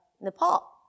Nepal